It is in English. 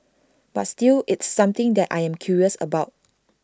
but still it's something that I am curious about